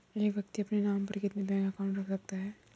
एक व्यक्ति अपने नाम पर कितने बैंक अकाउंट रख सकता है?